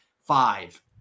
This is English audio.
five